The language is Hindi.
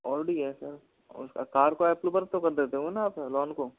ऑडी है सर कार को अप्रूवल तो कर देते हो ना आप लोन को